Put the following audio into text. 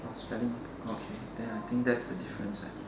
oh spelling okay then I think that's the difference right